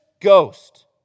ghost